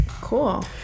cool